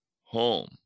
home